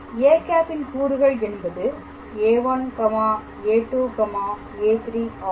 â ன் கூறுகள் என்பது a1a2a3 ஆகும்